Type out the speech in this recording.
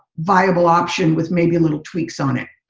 viable option with maybe a little tweaks on it.